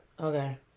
Okay